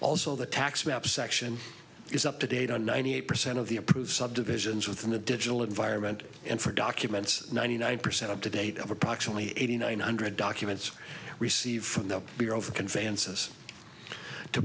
also the tax map section is up to date on ninety eight percent of the approved subdivisions within the digital environment and for documents ninety nine percent up to date of approximately eighty nine hundred documents received from the bureau of conveyances to